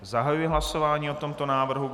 Zahajuji hlasování o tomto návrhu.